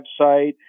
website